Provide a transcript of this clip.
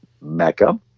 Mecca